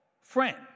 friend